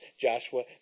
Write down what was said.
Joshua